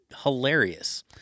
hilarious